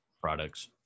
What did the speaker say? products